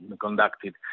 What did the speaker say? conducted